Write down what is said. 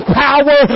power